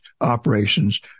operations